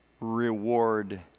reward